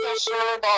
sure